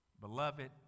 Beloved